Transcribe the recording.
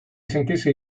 sentirsi